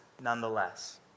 nonetheless